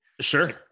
sure